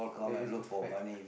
that is the fact